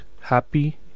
happy